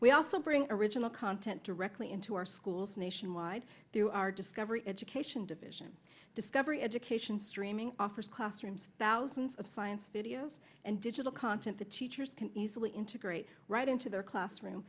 we also bring original content directly into our school nationwide through our discovery education division discovery education streaming offers classrooms thousands of science videos and digital content the teachers can easily integrate right into their classroom